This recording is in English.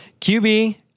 QB